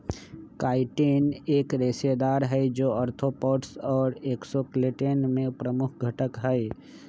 chitin एक रेशेदार हई, जो आर्थ्रोपोड्स के एक्सोस्केलेटन में प्रमुख घटक हई